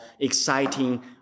exciting